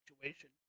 situation